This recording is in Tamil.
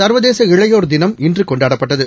சர்வதேச இளையோர் தினம் இன்றுகொண்டாடப்பட்டது